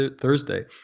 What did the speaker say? Thursday